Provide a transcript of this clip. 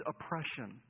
oppression